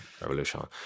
Revolution